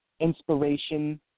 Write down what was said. inspiration